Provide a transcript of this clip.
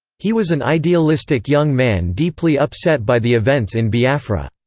he was an idealistic young man deeply upset by the events in biafra,